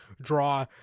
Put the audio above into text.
draw